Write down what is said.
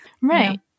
Right